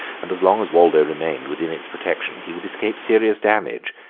and as long as waldo remained within its protection he would escape serious damage,